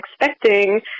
expecting